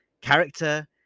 character